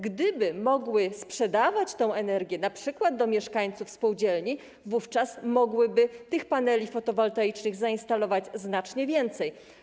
Gdyby mogły sprzedawać tę energię, np. mieszkańcom spółdzielni, mogłyby tych paneli fotowoltaicznych zainstalować znacznie więcej.